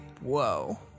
whoa